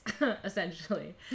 essentially